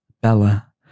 Bella